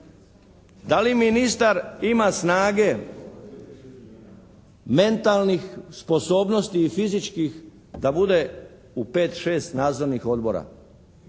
Da li ministar ima snage, mentalnih sposobnosti i fizičkih da bude u pet, šest nadzornih odbora?